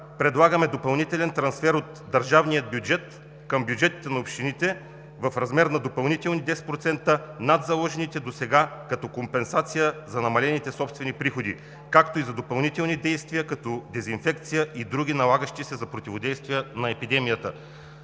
предлагаме допълнителен трансфер от държавния бюджет към бюджетите на общините, в размер на допълнителни 10% над заложените досега като компенсация за намалените собствени приходи, както и за допълнителни действия като дезинфекция и други, налагащи се за противодействие на епидемията.